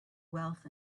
wealth